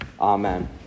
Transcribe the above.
Amen